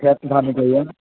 خت بام چھے